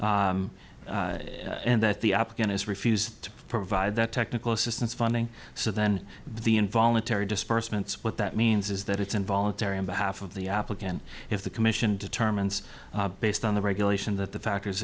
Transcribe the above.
that and that the applicant has refused to provide that technical assistance funding so then the involuntary disbursements what that means is that it's involuntary on behalf of the applicant if the commission determines based on the regulation that the factors